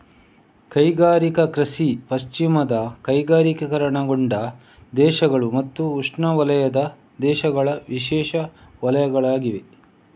ಕೈಗಾರಿಕಾ ಕೃಷಿ ಪಶ್ಚಿಮದ ಕೈಗಾರಿಕೀಕರಣಗೊಂಡ ದೇಶಗಳು ಮತ್ತು ಉಷ್ಣವಲಯದ ದೇಶಗಳ ವಿಶೇಷ ವಲಯಗಳಾಗಿವೆ